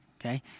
okay